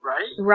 Right